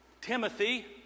Timothy